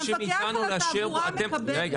שהמפקח על התעבורה מקבל --- (היו"ר לימור מגן תלם,